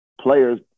players